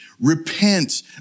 Repent